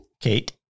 kate